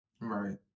Right